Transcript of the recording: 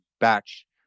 batch